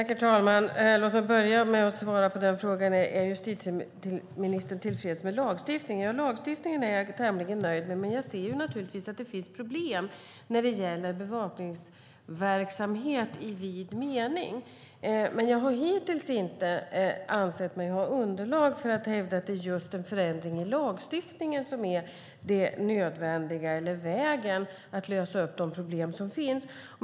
Herr talman! Låt mig börja med att svara på frågan om justitieministern är tillfreds med lagstiftningen. Ja, lagstiftningen är jag tämligen nöjd med. Jag ser naturligtvis att det finns problem när det gäller bevakningsverksamhet i vid mening, men jag har hittills inte ansett mig ha underlag för att hävda att det är just en förändring i lagstiftningen som är det nödvändiga eller vägen för att lösa de problem som finns.